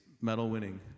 medal-winning